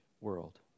world